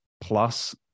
plus